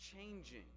changing